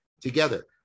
together